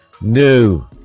new